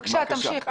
בבקשה, תמשיך.